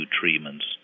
treatments